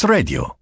Radio